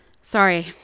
Sorry